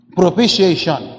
propitiation